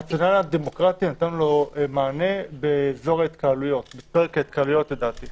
נתנו לזה מענה בפרק ההתקהלויות לדעתי.